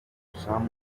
some